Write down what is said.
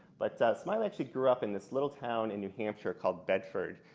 but smiley grew up in this little town in new hampshire called bedford.